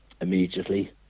immediately